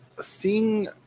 seeing